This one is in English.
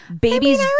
babies